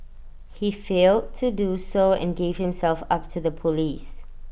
he failed to do so and gave himself up to the Police